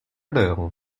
l’heure